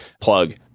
plug